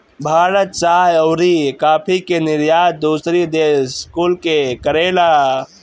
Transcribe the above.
भारत चाय अउरी काफी के निर्यात दूसरी देश कुल के करेला